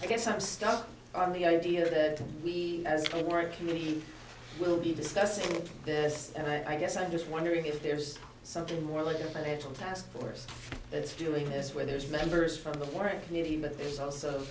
i guess i'm stuck on the idea that we as a work community will be discussing this and i guess i'm just wondering if there's something more like a financial taskforce that's doing this where there's members from the foreign community but there's also